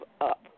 up